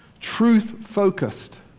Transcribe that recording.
truth-focused